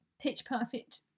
pitch-perfect